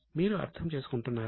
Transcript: మీరు అర్థం చేసుకుంటున్నారా